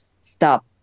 stop